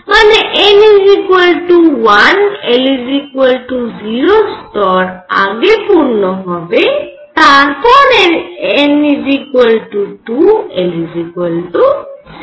মানে n 1 l 0 স্তর আগে পূর্ণ হবে তারপর n 2 l 0